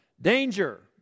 danger